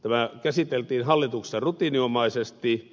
tämä käsiteltiin hallituksessa rutiininomaisesti